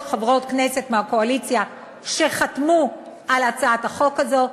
חברות כנסת מהקואליציה שחתמו על הצעת החוק הזו,